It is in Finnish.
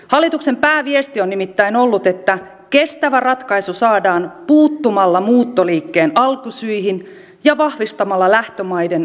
hallituksen pääviesti on nimittäin ollut että kestävä ratkaisu saadaan puuttumalla muuttoliikkeen alkusyihin ja vahvistamalla lähtömaiden vakaata kehitystä